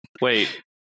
wait